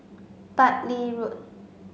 Bartley Road